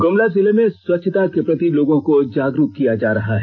गुमला जिले में स्वच्छता के प्रति लोगों को जागरूक किया जा रहा है